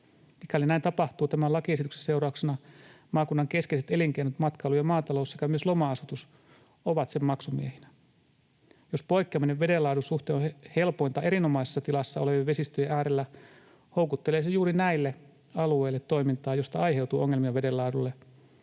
Mikäli näin tapahtuu tämän lakiesityksen seurauksena, maakunnan keskeiset elinkeinot, matkailu ja maatalous sekä myös loma-asutus, ovat sen maksumiehinä. Jos poikkeaminen veden laadun suhteen on helpointa erinomaisessa tilassa olevien vesistöjen äärellä, houkuttelee se juuri näille alueille toimintaa, josta aiheutuu ongelmia veden laadulle,